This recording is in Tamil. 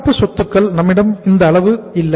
நடப்பு சொத்துக்கள் நம்மிடம் இந்த அளவு இல்லை